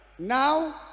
now